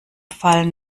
fallen